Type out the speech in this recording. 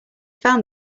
found